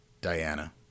Diana